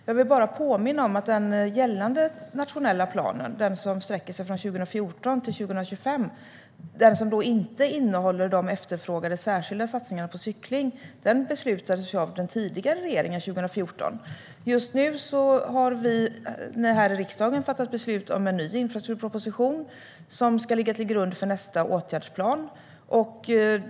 Jag vill påminna om att den gällande nationella planen, som sträcker sig från 2014 till 2025 och inte innehåller de efterfrågade särskilda satsningarna på cykling, beslutades av den tidigare regeringen 2014. Nu har vi här i riksdagen fattat beslut om en ny infrastrukturproposition, som ska ligga till grund för nästa åtgärdsplan.